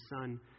son